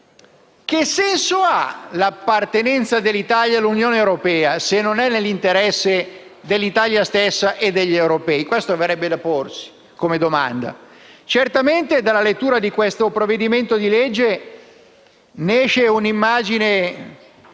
Che senso ha l'appartenenza dell'Italia all'Unione europea se non è nell'interesse dell'Italia stessa e degli europei? Questa domanda verrebbe da porsi. Certamente dalla lettura di questo provvedimento ne esce un'immagine